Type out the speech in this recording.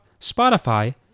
Spotify